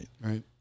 Right